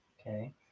okay